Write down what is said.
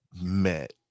met